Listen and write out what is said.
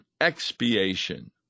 expiation